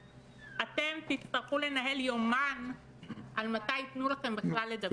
אתם תצטרכו לנהל יומן מתי ייתנו לכם בכלל לדבר.